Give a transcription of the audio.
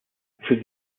für